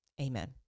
amen